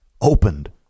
opened